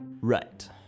Right